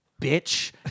bitch